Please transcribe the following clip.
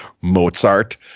Mozart